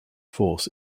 force